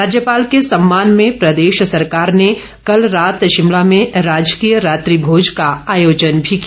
राज्यपाल के सम्मान में प्रदेश सरकार ने कल रात शिमला में राजकीय रात्रि भोज का आयोजन भी किया